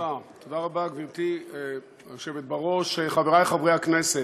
גברתי היושבת בראש, תודה רבה, חברי חברי הכנסת,